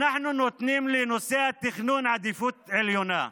אנחנו נותנים לנושא התכנון עדיפות עליונה.